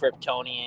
Kryptonian